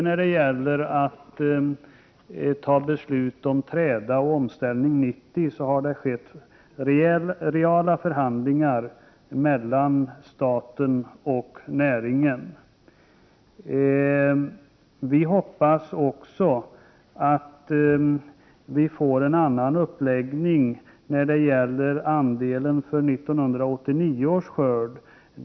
När det gäller både att ta beslut om träda och Omställning 90 har det förts reala förhandlingar mellan staten och näringen. Vi hoppas också att vi får en annan uppläggning när det gäller andelen för 1989 års skörd.